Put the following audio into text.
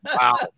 Wow